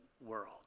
world